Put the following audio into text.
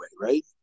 right